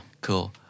Cool